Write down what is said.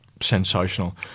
sensational